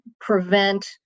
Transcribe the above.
prevent